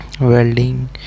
welding